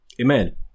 Amen